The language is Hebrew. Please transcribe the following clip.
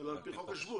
אלא על פי חוק השבות.